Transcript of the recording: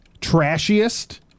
trashiest